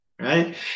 right